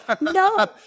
no